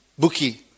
Buki